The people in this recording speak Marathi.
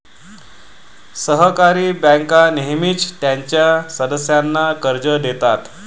सहकारी बँका नेहमीच त्यांच्या सदस्यांना कर्ज देतात